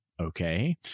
Okay